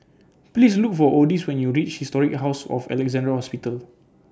Please Look For Odis when YOU REACH Historic House of Alexandra Hospital